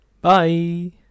Bye